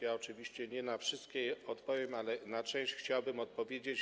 Ja oczywiście nie na wszystkie odpowiem, ale na część chciałbym odpowiedzieć.